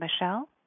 Michelle